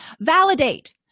Validate